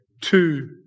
two